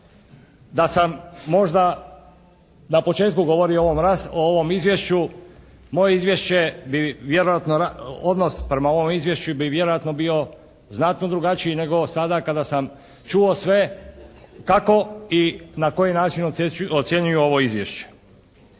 Da sam možda na početku govorio o ovom izvješću, moje izvješće bi vjerojatno, odnos prema ovom izvješću bi vjerojatno bio znatno drugačiji nego sada kada sam čuo sve kako i na koji način ocjenjuju ovo izvješće.